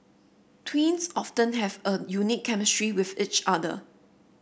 twins often have a unique chemistry with each other